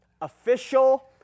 official